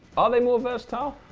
are they more versatile?